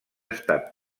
estat